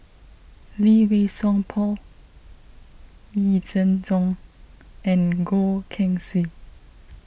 Lee Wei Song Paul Yee Jenn Jong and Goh Keng Swee